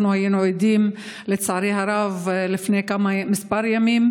היינו עדים, לצערי הרב, לפני כמה ימים,